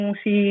si